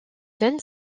zen